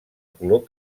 color